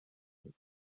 nœuds